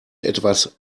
etwas